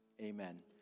Amen